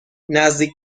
نزدیک